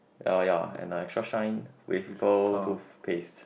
ya ya and I saw shine with pearl toothpaste